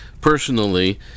personally